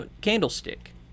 candlestick